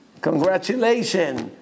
Congratulations